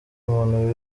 muntu